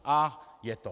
A je to.